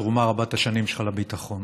לתרומה רבת-השנים שלך לביטחון.